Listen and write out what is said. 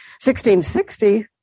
1660